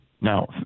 now